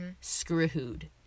screwed